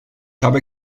habe